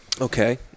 Okay